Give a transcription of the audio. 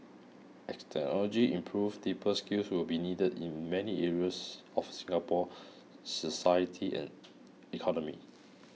as technology improves deeper skills will be needed in many areas of Singapore's society and economy